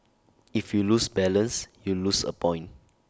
if you lose balance you lose A point